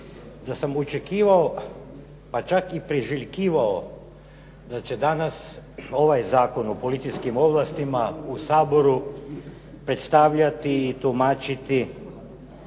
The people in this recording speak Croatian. da sam očekivao pa čak i priželjkivao da će danas ovaj Zakon o policijskim ovlastima u Saboru predstavljati i tumačiti